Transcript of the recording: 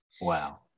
Wow